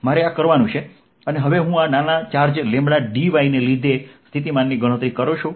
મારે આ કરવાનું છે હવે હું આ નાના ચાર્જ dy ને લીધે સ્થિતિમાનની ગણતરી કરું છું